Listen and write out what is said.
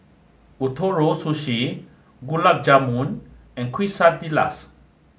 Ootoro Sushi Gulab Jamun and Quesadillas